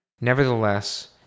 Nevertheless